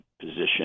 position